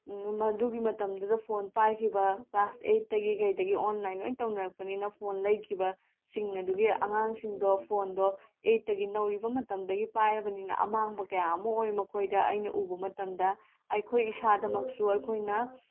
ꯃꯗꯨꯒꯤ ꯃꯇꯝꯗꯨꯗ ꯐꯣꯟ ꯄꯥꯏꯈꯤꯕ ꯀ꯭ꯂꯥꯁ ꯑꯩꯠꯇꯒꯤ ꯀꯩꯗꯒꯤ ꯑꯣꯟꯂꯥꯏꯟ ꯂꯣꯏꯅ ꯇꯧꯅꯔꯛꯄꯅꯤꯅ ꯐꯣꯟ ꯂꯩꯈꯤꯕꯁꯤꯡ ꯑꯗꯨꯒꯤ ꯑꯉꯥꯡꯁꯤꯡꯗꯣ ꯐꯣꯟꯗꯣ ꯑꯩꯠꯇꯒꯤ ꯅꯧꯔꯤꯕ ꯃꯇꯝꯗꯒꯤ ꯄꯥꯏꯔꯕꯅꯤꯅ ꯑꯃꯥꯡꯕ ꯀꯌꯥ ꯑꯃ ꯑꯣꯏ ꯃꯈꯣꯏꯗ ꯑꯩꯅ ꯎꯕ ꯃꯇꯝꯗ ꯑꯩꯈꯣꯏ ꯏꯁꯥꯗꯃꯛꯁꯨ ꯑꯩꯈꯣꯏꯅ